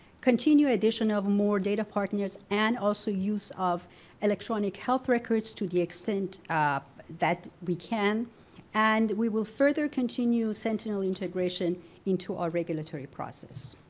addition of more data partners and also use of electronic health records to the extent that we can and we will further continue sentinel integration into our regulatory process